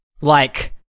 like-